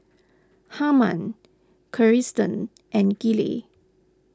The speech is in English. Harman Kirsten and Gillie